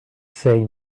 say